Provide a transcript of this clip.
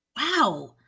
wow